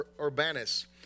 Urbanus